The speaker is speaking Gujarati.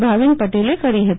ભાવિન પટેલે કરી હતી